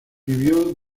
vivió